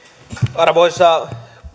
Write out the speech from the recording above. arvoisa